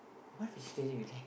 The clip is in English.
what vegetarian is that